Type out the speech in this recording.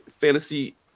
fantasy